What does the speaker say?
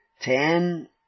Ten